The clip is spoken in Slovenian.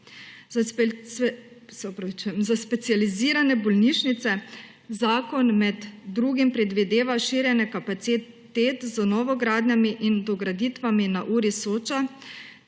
Za specializirane bolnišnice zakon med drugim predvideva širjenje kapacitet z novogradnjami in dograditvami na URI Soča,